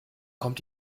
kommt